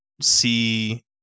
see